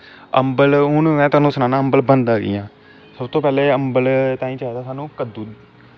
अम्बल हून में तुहानू सनाना अम्बल बनदा कियां सब तों पैब्लैं अम्बल तांई चाही दा स्हानू कद्दू